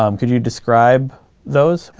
um could you describe those?